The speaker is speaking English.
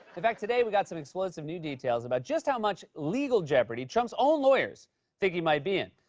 in fact, today, we got some explosive new details about just how much legal jeopardy trump's own lawyers think he might be in.